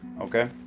okay